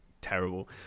terrible